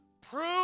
Prove